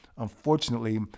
Unfortunately